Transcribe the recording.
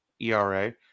ERA